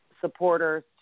supporters